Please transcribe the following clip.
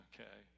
Okay